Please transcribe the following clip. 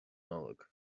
nollag